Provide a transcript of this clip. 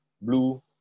blue